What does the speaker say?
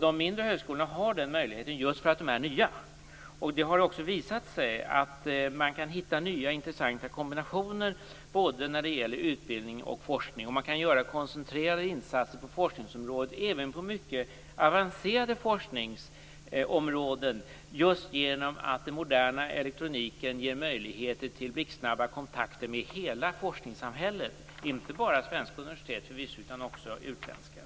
De mindre högskolorna har den möjligheten just för att de är nya. Det har också visat sig att man kan hitta nya intressanta kombinationer när det gäller både utbildning och forskning och att man kan göra koncentrerade insatser på forskningsområdet, även i fråga om mycket avancerad forskning, just genom att den moderna elektroniken ger möjligheter till blixtsnabba kontakter med hela forskningssamhället, inte bara svenska universitet utan också utländska.